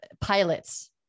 pilots